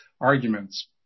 arguments